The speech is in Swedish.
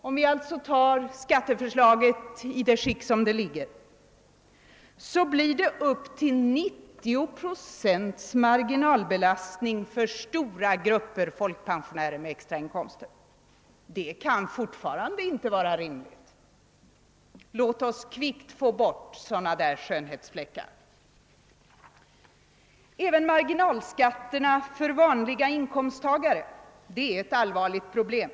Om vi antar skatteförslaget i det skick som det föreligger, blir det upp till 90 procents marginalbelastning för stora grupper av folkpensionärer med extrainkomster. Det kan fortfarande inte vara rimligt. Låt oss kvickt få bort sådana skönhetsfläckar! Även för vanliga inkomsttagare är marginalskatterna ett allvarligt problem.